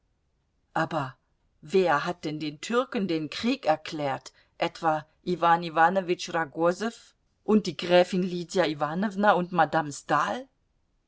aber wer hat denn den türken den krieg erklärt etwa iwan iwanowitsch ragosow und die gräfin lydia iwanowna und madame stahl